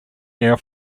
air